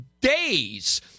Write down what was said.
days